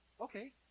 okay